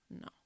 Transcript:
No